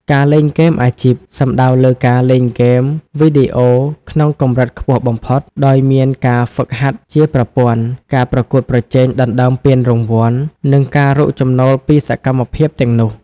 ការលេងហ្គេមអាជីព សំដៅលើការលេងហ្គេមវីដេអូក្នុងកម្រិតខ្ពស់បំផុត ដោយមានការហ្វឹកហាត់ជាប្រព័ន្ធ ការប្រកួតប្រជែងដណ្តើមពានរង្វាន់ និងការរកចំណូលពីសកម្មភាពទាំងនោះ។